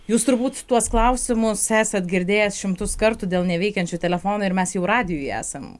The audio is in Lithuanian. jūs turbūt tuos klausimus esat girdėjęs šimtus kartų dėl neveikiančių telefonų ir mes jau radijuj esam